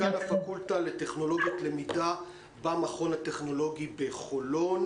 דיקן הפקולטה לטכנולוגיות למידה במכון הטכנולוגי בחולון.